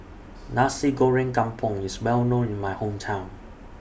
Nasi Goreng Kampung IS Well known in My Hometown